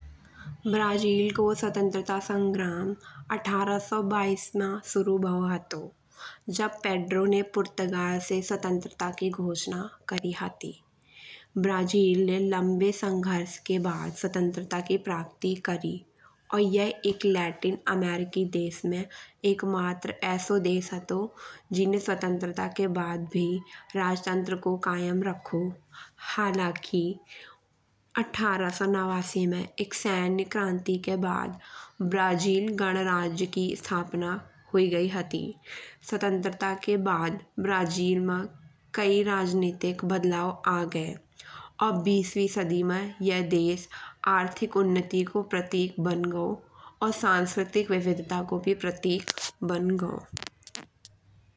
ब्राज़ील को स्वतंत्रता संग्राम अठारह सौ बाईस a शुरू भाव हतो। जब पेड्रो ने पुर्तगाल से स्वतंत्रता की घोषणा करी हती। ब्राज़ील ने लंबे संघर्ष के बाद स्वतंत्रता की प्राप्ति करी। और यह एक लैटिन अमेरिकी देश में एक मात्र ऐसो देश हतो जिमे स्वतंत्रता के बाद भी राज्यतंत्र को कायम रखो। हालांकि अठारह सौ नवासी में एक सैन्य क्रांति के बाद बरज़िल गणराज्य की स्थापना हुई गाई हती। स्वतंत्रता के बाद ब्राज़ील मां कई राजनीतिक बदलाव आ गाए। और बीसवीं सदी में यह देश आर्थिक उन्नति को प्रतीक बन गाओ। और सांस्कृतिक विविधता को भी प्रतीक बन गाओ।